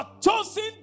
chosen